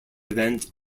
event